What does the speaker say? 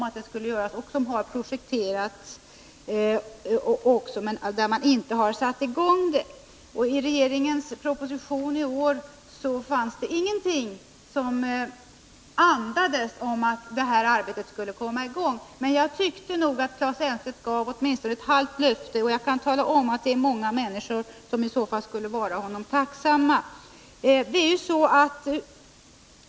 Bygget har projekterats men ännu inte satts i gång. I budgetpropositionen i år finns ingenting som andas om att det här arbetet skulle komma i gång. Jag tyckte emellertid att Claes Elmstedt gav åtminstone ett halvt löfte härom, och jag kan tala om att det är många människor som i så fall skulle vara honom tacksamma.